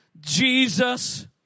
Jesus